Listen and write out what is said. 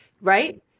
right